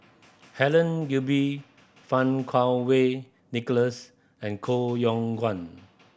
Helen Gilbey Fang Kuo Wei Nicholas and Koh Yong Guan